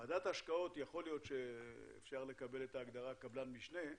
על ועדת ההשקעות אפשר לקבל את ההגדרה קבלן משנה,